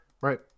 right